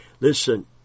Listen